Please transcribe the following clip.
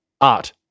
art